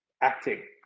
acting